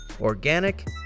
organic